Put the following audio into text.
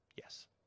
Yes